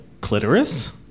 clitoris